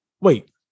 wait